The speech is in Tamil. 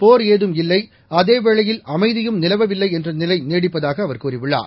போர் ஏதும் இல்லை அதேவேளையில் அமைதியும் நிலவவில்லை என்ற நிலை நீடிப்பதாக அவர் கூறியுள்ளார்